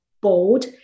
bold